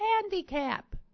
handicap